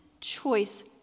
choice